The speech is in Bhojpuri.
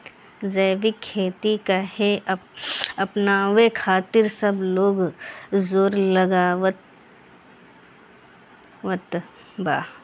जैविक खेती काहे अपनावे खातिर सब लोग जोड़ लगावत बा?